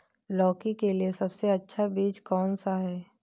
लौकी के लिए सबसे अच्छा बीज कौन सा है?